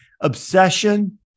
Obsession